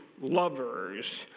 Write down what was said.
lovers